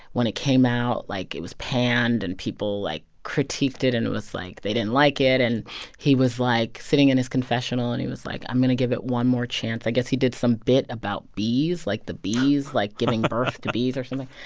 when it came out, like, it was panned, and people, like, critiqued it. and it was, like they didn't like it. and he was, like, sitting in his confessional, and he was like, i'm going to give it one more chance. i guess he did some bit about bees like, the bees like, giving birth. to bees or something.